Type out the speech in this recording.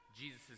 Jesus